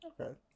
okay